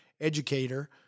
educator